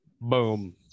Boom